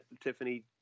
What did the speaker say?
tiffany